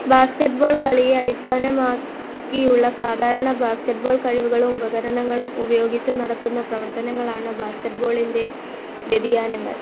basket ball കളിയെ അടിസ്ഥാനമാക്കിയുള്ള സാധാരണ ബാസ്ക്കറ്റ് ബോൾ കഴിവുകളും ഉപകരണങ്ങളും ഉപയോഗിച്ച് നടത്തുന്ന പ്രവർത്തനങ്ങളാണ് ബാസ്ക്കറ്റ് ബോളിൻ്റെ വ്യതിയാനങ്ങൾ